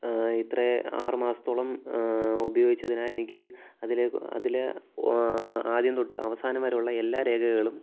ഇത്ര ആറുമാസത്തോളം ഉപയോഗിച്ചതിനാണ് എനിക്ക് അതിലെ അതിലെ ആദ്യം തൊട്ട് അവസാനം വരെയുള്ള എല്ലാ രേഖകളും